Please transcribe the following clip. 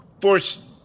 force